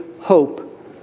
hope